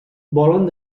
volen